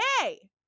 hey